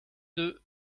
deux